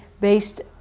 based